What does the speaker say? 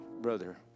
brother